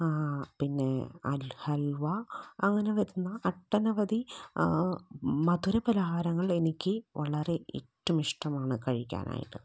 ആ പിന്നെ ഹൽവ അങ്ങനെ വരുന്ന ഒട്ടനവധി മധുരപാലഹാരങ്ങൾ എനിക്ക് ഏറ്റോം ഇഷ്ടമാണ് കഴിക്കാനായിട്ട്